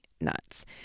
nuts